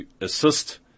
assist